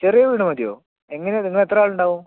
ചെറിയ വീട് മതിയോ എങ്ങനെയാണ് നിങ്ങളെത്ര ആളുണ്ടാവും